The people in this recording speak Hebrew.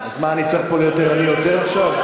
אז מה, אני צריך להיות פה ערני יותר עכשיו?